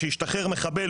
כשישתחרר מחבל,